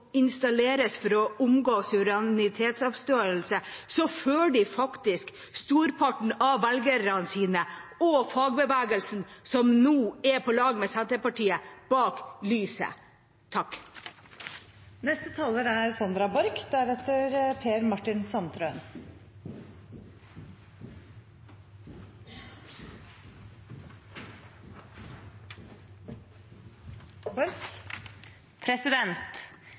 installeres for å omgå suverenitetsavståelse, fører de faktisk storparten av velgerne sine – og fagbevegelsen, som nå er på lag med Senterpartiet – bak lyset. Den rene og billige vannkraften er